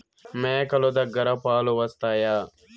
మేక లు దగ్గర పాలు వస్తాయా?